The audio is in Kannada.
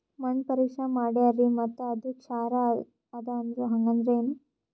ಮಣ್ಣ ಪರೀಕ್ಷಾ ಮಾಡ್ಯಾರ್ರಿ ಮತ್ತ ಅದು ಕ್ಷಾರ ಅದ ಅಂದ್ರು, ಹಂಗದ್ರ ಏನು?